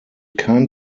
kein